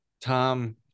tom